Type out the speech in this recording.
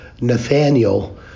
nathaniel